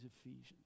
Ephesians